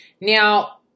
Now